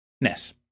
NES